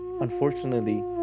unfortunately